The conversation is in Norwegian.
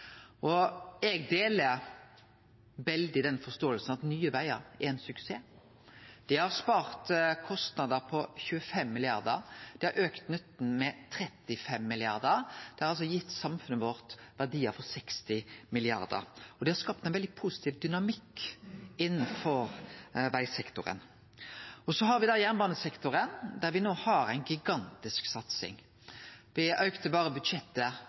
arbeidet. Eg deler veldig den forståinga at Nye Vegar er ein suksess. Det har spart kostnader på 25 mrd. kr, det har auka nytten med 35 mrd. kr. Det har altså gitt samfunnet vårt verdiar for 60 mrd. kr. Og det har skapt ein veldig positiv dynamikk innanfor vegsektoren. Så har vi jernbanesektoren, der me no har ei gigantisk satsing. Me auka budsjettet berre